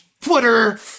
Twitter